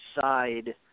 side